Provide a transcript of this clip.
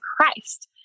Christ